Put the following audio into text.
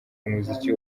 umuziki